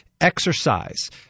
exercise